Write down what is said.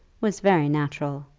was very natural.